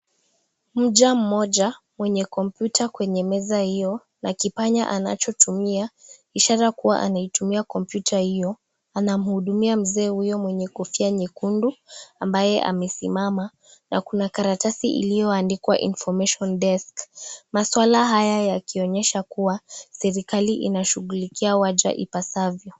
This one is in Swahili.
Mja mmoja mwenye kompyuta kwenye meza hiyo na kipanya anachotumia, ishara kuwa anaitumia kompyuta hiyo. Anamhudumia Mzee huyo mwenye kofia nyekundu ambaye amesimama na kuna karatasi iliyoandikwa " Information Desk ". Maswala haya yakionyesha kuwa serikali inashukulikia waja ipasavyo.